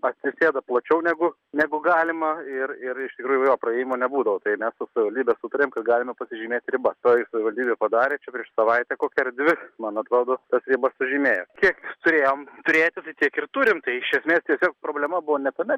atsisėda plačiau negu negu galima ir ir iš tikrųjų jo praėjimo nebūdavo tai mes su savivaldybe sutarėm kad galime pasižymėt ribas toji savivaldybė padarė čia prieš savaitę kokią ar dvi man atrodo tas ribas sužymėjo kiek turėjom turėti tai tiek ir turim tai iš esmės tiesiog problema buvo ne tame